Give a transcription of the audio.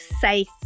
safe